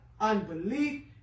unbelief